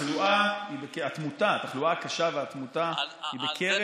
התחלואה הקשה והתמותה הן בקרב בעלי מחלות רקע ובקרב הזקנים.